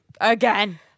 Again